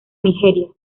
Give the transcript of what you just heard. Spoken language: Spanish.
nigeria